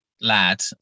lad